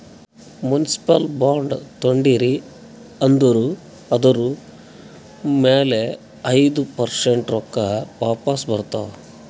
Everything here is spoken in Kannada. ಮುನ್ಸಿಪಲ್ ಬಾಂಡ್ ತೊಂಡಿರಿ ಅಂದುರ್ ಅದುರ್ ಮ್ಯಾಲ ಐಯ್ದ ಪರ್ಸೆಂಟ್ ರೊಕ್ಕಾ ವಾಪಿಸ್ ಬರ್ತಾವ್